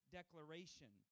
declaration